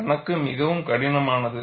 கணக்கு மிகவும் கடினமானது